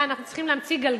מה, אנחנו צריכים להמציא גלגל?